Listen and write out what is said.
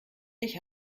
ich